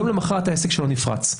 יום למחרת העסק שלו נפרץ.